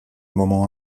moment